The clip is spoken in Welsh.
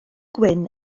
gwyn